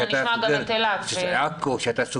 אז תיכף אנחנו נשמע גם את אילת.